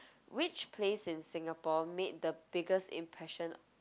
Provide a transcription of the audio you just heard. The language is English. which place in Singapore made the biggest impression